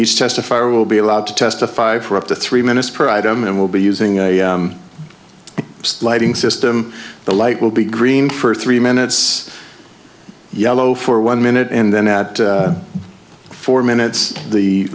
each testify will be allowed to testify for up to three minutes per item and we'll be using a lighting system the light will be green for three minutes yellow for one minute and then at four minutes the